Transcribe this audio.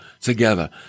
together